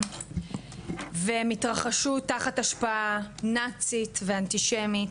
והם התרחשו תחת השפעה נאצית ואנטישמית,